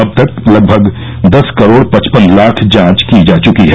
अब तक लगभग दस करोड पचपन लाख जांच की जा चुकी हैं